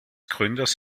gründers